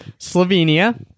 Slovenia